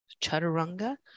Chaturanga